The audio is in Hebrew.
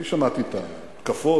אני שמעתי את ההתקפות,